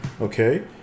Okay